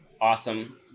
awesome